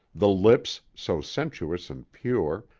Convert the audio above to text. the lips, so sensuous and pure,